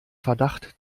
verdacht